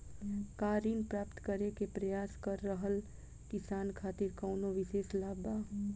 का ऋण प्राप्त करे के प्रयास कर रहल किसान खातिर कउनो विशेष लाभ बा?